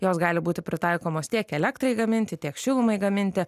jos gali būti pritaikomos tiek elektrai gaminti tiek šilumai gaminti